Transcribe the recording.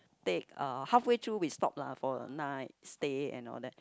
take uh halfway through we stop lah for a night stay and all that